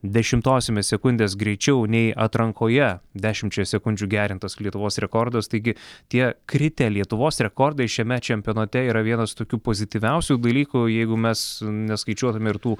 dešimtosiomis sekundės greičiau nei atrankoje dešimčia sekundžių gerintas lietuvos rekordas taigi tie kritę lietuvos rekordai šiame čempionate yra vienas tokių pozityviausių dalykų jeigu mes neskaičiuotume ir tų